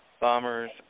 Bombers